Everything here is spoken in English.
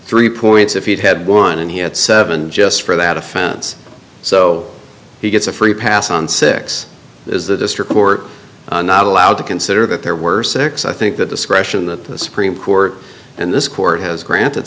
three points if he'd had one and he had seven just for that offense so he gets a free pass on six is the district court not allowed to consider that there were six i think the discretion that the supreme court in this court has granted